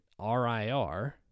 RIR